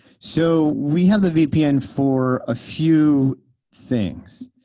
so we have the vpn for a few things.